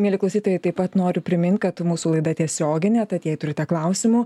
mieli klausytojai taip pat noriu primint kad mūsų laida tiesioginė tad jei turite klausimų